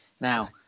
now